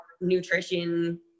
nutrition